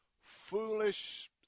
foolish